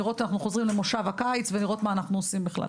לראות שאנחנו חוזרים למושב הקיץ ולראות מה אנחנו עושים בכלל.